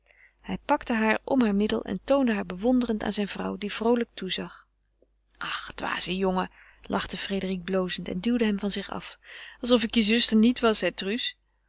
hij pakte haar om heur middel en toonde haar bewonderend aan zijn vrouw die vroolijk toezag ach dwaze jongen lachte frédérique blozend en duwde hem van zich af alsof ik je zuster niet was hè